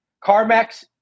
CarMax